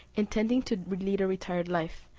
intending to lead a retired life,